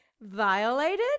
Violated